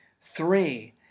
Three